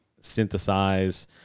synthesize